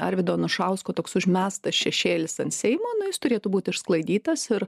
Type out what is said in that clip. arvydo anušausko toks užmestas šešėlis ant seimo na jis turėtų būti išsklaidytas ir